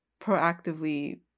proactively